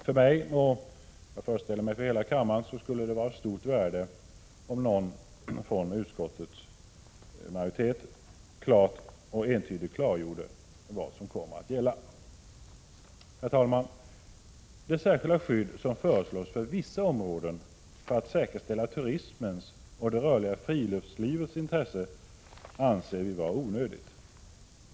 För mig, och — föreställer jag mig — för hela kammaren vore det av stort värde om någon av utskottets majoritet klart och entydigt klargjorde vad som kommer att gälla. Herr talman! Det särskilda skydd som föreslås för vissa områden för att säkerställa turismens och det rörliga friluftslivets intressen anser vi vara onödigt.